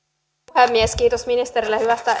puhemies kiitos ministerille hyvästä